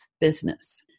Business